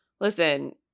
Listen